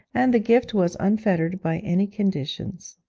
and the gift was unfettered by any conditions.